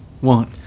one